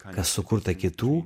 kas sukurta kitų